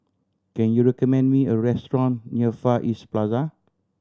can you recommend me a restaurant near Far East Plaza